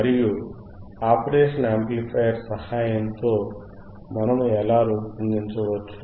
మరియు operation amplifier సహాయముతో మనము ఎలా రూపొందించవచ్చు